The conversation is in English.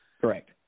Correct